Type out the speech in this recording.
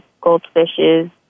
goldfishes